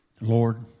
Lord